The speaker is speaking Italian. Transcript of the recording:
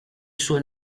suo